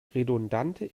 redundante